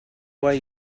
why